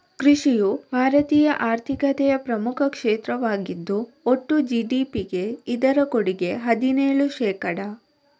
ಕೃಷಿಯು ಭಾರತೀಯ ಆರ್ಥಿಕತೆಯ ಪ್ರಮುಖ ಕ್ಷೇತ್ರವಾಗಿದ್ದು ಒಟ್ಟು ಜಿ.ಡಿ.ಪಿಗೆ ಇದರ ಕೊಡುಗೆ ಹದಿನೇಳು ಶೇಕಡಾ